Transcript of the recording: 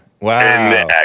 Wow